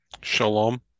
Shalom